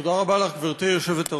תודה רבה לך, גברתי יושבת-הראש.